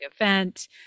event